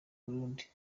burundi